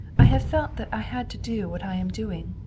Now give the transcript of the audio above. i have felt that i had to do what i am doing,